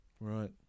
Right